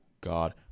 God